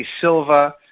Silva